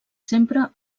sempre